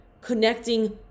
connecting